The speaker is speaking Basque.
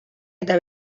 eta